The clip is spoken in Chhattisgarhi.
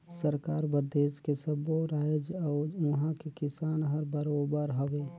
सरकार बर देस के सब्बो रायाज अउ उहां के किसान हर बरोबर हवे